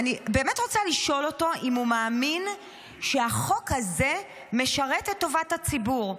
אני באמת רוצה לשאול אותו אם הוא מאמין שהחוק הזה משרת את טובת הציבור.